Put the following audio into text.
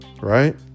Right